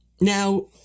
Now